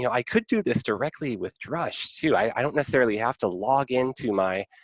yeah i could do this directly with drush too, i don't necessarily have to log into my